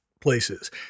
places